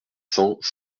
cents